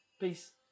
Peace